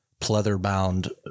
pleather-bound